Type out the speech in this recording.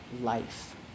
life